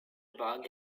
bug